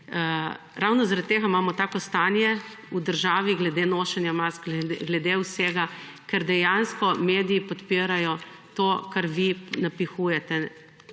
ravno zaradi tega imamo tako stanje v državi glede nošenja mask, glede vsega, ker dejansko mediji podpirajo to, kar vi napihujete,